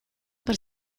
per